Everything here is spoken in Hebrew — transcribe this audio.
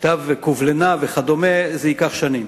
כתב קובלנה וכדומה, זה ייקח שנים.